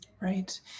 right